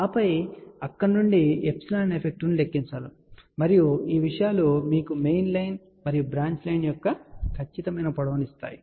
ఆపై అక్కడి నుండి ε ఎఫెక్టివ్ ను లెక్కించండి మరియు ఈ విషయాలు మీకు మెయిన్ లైన్ మరియు బ్రాంచ్ లైన్ యొక్క ఖచ్చితమైన పొడవును ఇస్తాయి